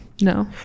no